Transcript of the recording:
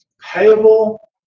payable